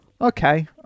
Okay